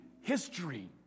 history